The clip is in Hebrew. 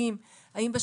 טוב, אני